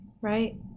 right